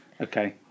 Okay